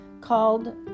called